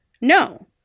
No